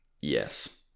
yes